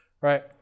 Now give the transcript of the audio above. right